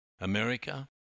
America